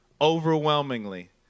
overwhelmingly